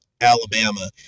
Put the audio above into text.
Alabama